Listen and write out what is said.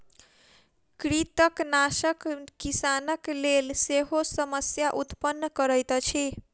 कृंतकनाशक किसानक लेल सेहो समस्या उत्पन्न करैत अछि